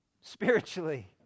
Spiritually